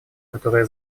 которое